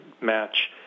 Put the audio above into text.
match